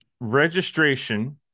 registration